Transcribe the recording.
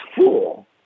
fool